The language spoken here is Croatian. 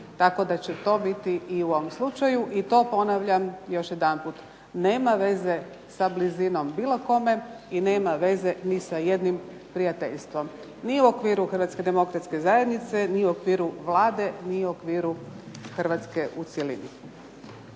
tako da će to biti i u ovom slučaju. I to, ponavljam još jedanput, nema veze sa blizinom bilo kome i nema veze ni sa jednim prijateljstvom ni u okviru Hrvatske demokratske zajednice ni u okviru Vlade ni u okviru Hrvatske u cjelini.